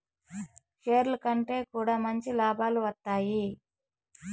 షేర్లు కొంటె కూడా మంచి లాభాలు వత్తాయి